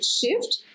shift